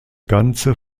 ganze